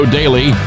daily